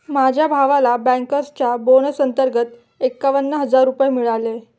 माझ्या भावाला बँकर्सच्या बोनस अंतर्गत एकावन्न हजार रुपये मिळाले